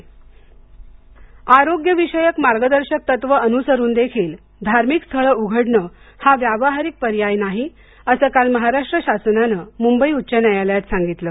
महाराष्ट्र धार्मिक स्थळे आरोग्यविषयक मार्गदर्शक तत्वे अनुसरून देखील धार्मिक स्थळे उघडणं हा व्यावहारिक पर्याय नाही असं काल महाराष्ट्र शासनाने काल मुंबई उच्च न्यायालयात सांगितलं